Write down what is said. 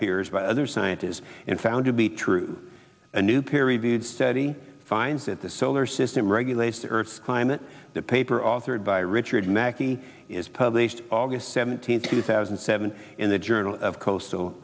peers by other scientists in found to be true a new peer reviewed study finds that the solar system regulates the earth's climate the paper authored by richard mackey is published aug seventeenth two thousand and seven in the journal of coastal